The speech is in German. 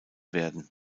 werden